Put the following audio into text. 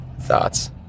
thoughts